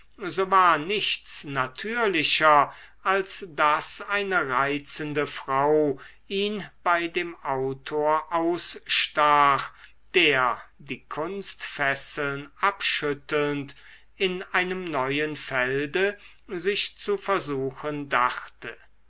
so war nichts natürlicher als daß eine reizende frau ihn bei dem autor ausstach der die kunstfesseln abschüttelnd in einem neuen felde sich zu versuchen dachte